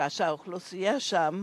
ושהאוכלוסייה שם